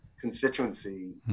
constituency